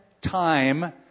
time